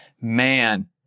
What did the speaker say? Man